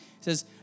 says